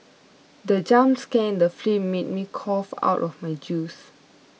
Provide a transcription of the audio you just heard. the jump scare in the film made me cough out of my juice